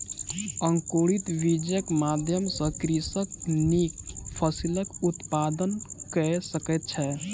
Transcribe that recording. अंकुरित बीजक माध्यम सॅ कृषक नीक फसिलक उत्पादन कय सकै छै